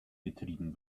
betrieben